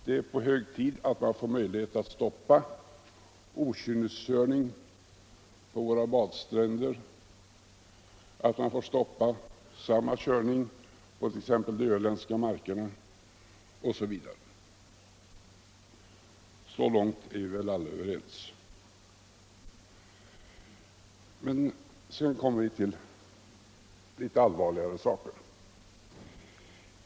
Det är hög tid att man får möjlighet att stoppa okynneskörning på våra badstränder, att man kan stoppa samma körning på t.ex. de öländska markerna osv. Så långt är vi väl alla överens. Men sedan kommer vi till litet allvarligare saker.